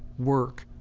work,